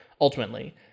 ultimately